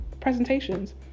presentations